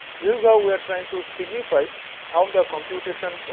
this is how we are trying to signify how the computation,